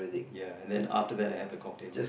ya and then after that I have the cocktails